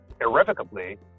irrevocably